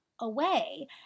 away